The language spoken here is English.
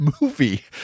movie